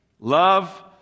love